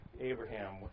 Abraham